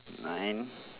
nine